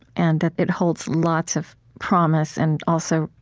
and that it holds lots of promise and, also,